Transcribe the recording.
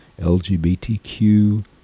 LGBTQ